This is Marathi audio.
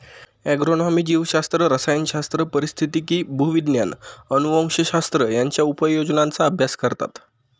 ॲग्रोनॉमी जीवशास्त्र, रसायनशास्त्र, पारिस्थितिकी, भूविज्ञान, अनुवंशशास्त्र यांच्या उपयोजनांचा अभ्यास करतात